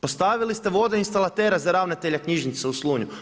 Postavili ste vodoinstalatera za ravnatelja knjižnice u Slunju.